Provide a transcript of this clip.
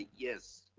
yes.